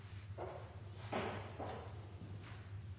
Takk